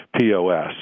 POS